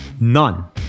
None